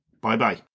Bye-bye